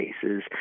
cases